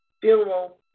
funeral